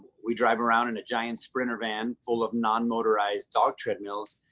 we drive around in a giant sprinter van full of non-motorized dog treadmills,